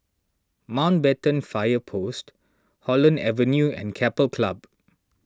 Mountbatten Fire Post Holland Avenue and Keppel Club